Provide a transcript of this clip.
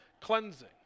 cleansing